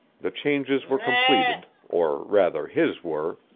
the changes were completed, or rather his were,